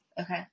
Okay